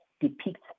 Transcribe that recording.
depicts